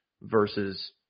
versus